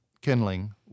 Kindling